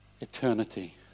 eternity